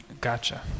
Gotcha